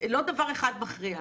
לא דבר אחד מכריע.